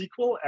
SQL